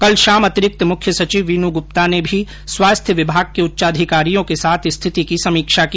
कल शाम अतिरिक्त मुख्य सचिव वीनू गुप्ता ने भी स्वास्थ्य विभाग के उच्चाधिकारियों के साथ स्थिति की समीक्षा की